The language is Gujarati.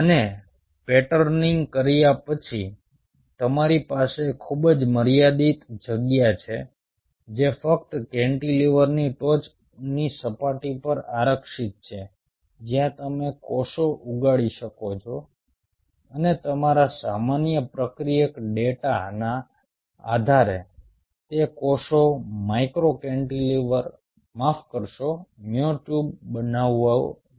અને પેટર્નિંગ કર્યા પછી તમારી પાસે ખૂબ જ મર્યાદિત જગ્યા છે જે ફક્ત કેન્ટિલીવરની ટોચની સપાટી પર આરક્ષિત છે જ્યાં તમે કોષો ઉગાડી શકો છો અને તમારા સામાન્ય પ્રક્રિયક ડેટાના આધારે તે કોષો માઇક્રો કેન્ટિલેવર માફ કરશો મ્યોટ્યુબ બનાવવું જોઈએ